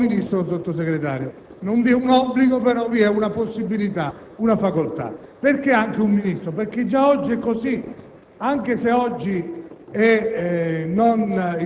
farsi coadiuvare o di delegare queste funzioni ad un Ministro o ad un Sottosegretario. Non vi è un obbligo, ma una possibilità, una facoltà. Perché anche un Ministro? Perché già oggi è così,